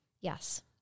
Yes